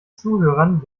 zuhörern